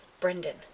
Brendan